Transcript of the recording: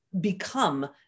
become